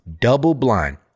double-blind